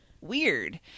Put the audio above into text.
weird